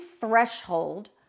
threshold